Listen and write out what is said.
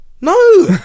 No